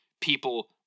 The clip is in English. people